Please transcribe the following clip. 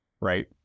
right